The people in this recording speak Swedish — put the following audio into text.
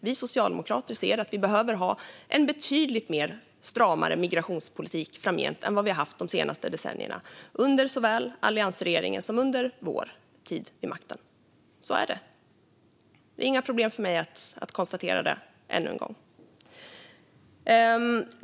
Vi ser att Sverige behöver en betydligt stramare migrationspolitik framgent än vad Sverige har haft de senaste decennierna under såväl alliansregeringen som vår tid vid makten. Så är det, och det är inget problem för mig att konstatera det ännu en gång.